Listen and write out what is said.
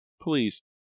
Please